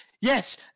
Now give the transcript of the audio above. yes